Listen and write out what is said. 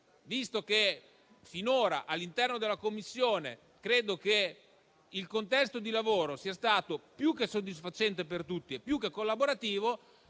visto che finora all'interno della Commissione il contesto di lavoro sia stato più che soddisfacente per tutti e più che collaborativo,